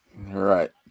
right